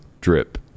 drip